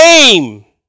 name